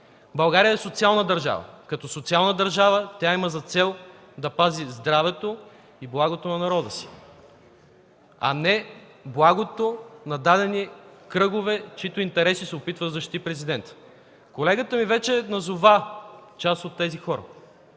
България е социална държава. Като социална държава тя има за цел да пази здравето и благото на народа, а не благото на дадени кръгове, чиито интереси се опитва да защити Президентът. Колегата ми вече назова част от тези хора